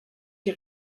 die